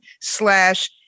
slash